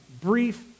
brief